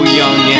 young